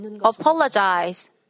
apologize